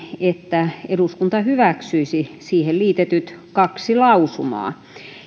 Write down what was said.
että eduskunta hyväksyisi siihen liitetyt kaksi lausumaa